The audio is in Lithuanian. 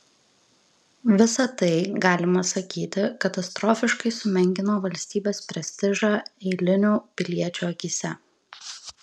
visa tai galima sakyti katastrofiškai sumenkino valstybės prestižą eilinių piliečių akyse